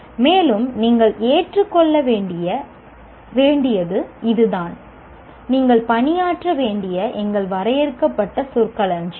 மேலும் நீங்கள் ஏற்றுக்கொள்ள வேண்டியது இதுதான் நீங்கள் பணியாற்ற வேண்டிய எங்கள் வரையறுக்கப்பட்ட சொற்களஞ்சியம்